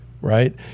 right